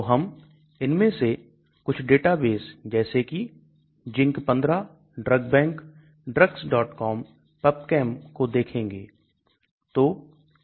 तो हम इनमें से कुछ डेटाबेस जैसे कि ZINC15 Drug Bank Drugscom PubChem को देखेंगे